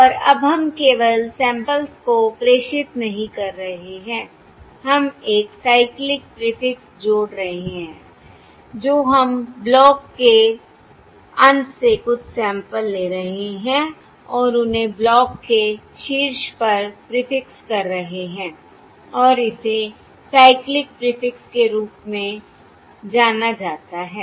और अब हम केवल सैंपल्स को प्रेषित नहीं कर रहे हैं हम एक साइक्लिक प्रीफिक्स जोड़ रहे हैं जो हम ब्लॉक के अंत से कुछ सैंपल्स ले रहे हैं और उन्हें ब्लॉक के शीर्ष पर प्रीफिक्स कर रहे हैं और इसे साइक्लिक प्रीफिक्स के रूप में जाना जाता है